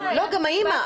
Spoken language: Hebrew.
גם האמא,